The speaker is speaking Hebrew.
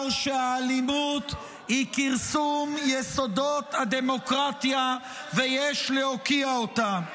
שהאלימות היא כרסום יסודות הדמוקרטיה ויש להוקיע אותה.